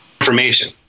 information